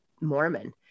Mormon